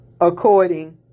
according